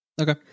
Okay